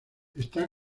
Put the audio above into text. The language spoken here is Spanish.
está